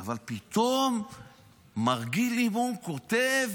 אבל פתאום מר גיל לימון כותב